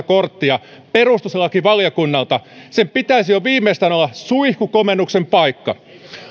korttia perustuslakivaliokunnalta sen pitäisi jo viimeistään olla suihkukomennuksen paikka